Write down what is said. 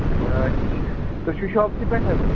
اَچھا تُہۍ چھُو شاپسٕے پٮ۪ٹھ حظ